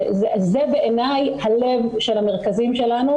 זה בעיני הלב של המרכזים שלנו,